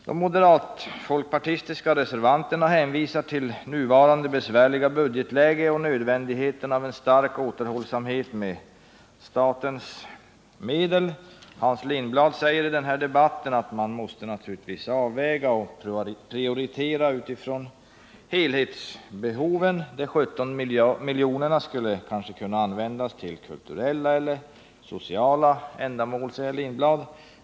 De moderat-folkpartistiska reservanterna hänvisar till nuvarande besvärliga budgetläge och önskvärdheten av en stark återhållsamhet med statens medel. Hans Lindblad säger här i debatten att man naturligtvis måste avväga och prioritera utifrån helhetsbehoven. De 17 miljonerna skulle kanske kunna användas till kulturella eller sociala ändamål, säger herr Lindblad.